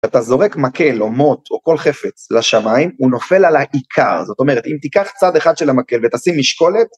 אתה זורק מקל או מוט או כל חפץ לשמיים הוא נופל על העיקר זאת אומרת אם תיקח צד אחד של המקל ותשים משקולת